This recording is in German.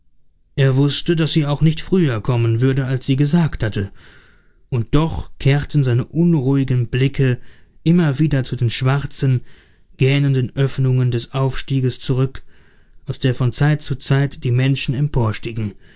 er wußte daß sie auch nicht früher kommen würde als sie gesagt und doch kehrten seine unruhigen blicke immer wieder zu der schwarzen gähnenden oeffnung des aufstiegs zurück aus der von zeit zu zeit die menschen